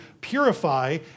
purify